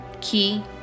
key